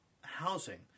housing